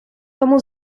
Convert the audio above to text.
тому